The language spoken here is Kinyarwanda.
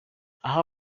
aha